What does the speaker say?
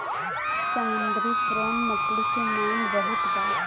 समुंदरी प्रोन मछली के मांग बहुत बा